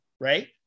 right